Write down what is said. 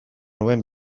nuen